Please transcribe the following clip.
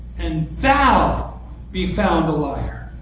and thou be found a liar.